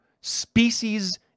species